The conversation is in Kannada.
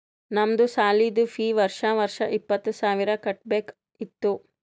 ನಮ್ದು ಸಾಲಿದು ಫೀ ವರ್ಷಾ ವರ್ಷಾ ಇಪ್ಪತ್ತ ಸಾವಿರ್ ಕಟ್ಬೇಕ ಇತ್ತು